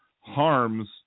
harms